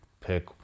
pick